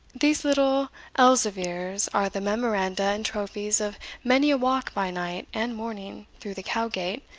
these little elzevirs are the memoranda and trophies of many a walk by night and morning through the cowgate,